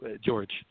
George